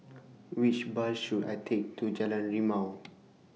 Which Bus should I Take to Jalan Rimau